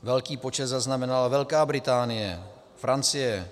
Velký počet zaznamenala Velká Británie, Francie.